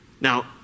Now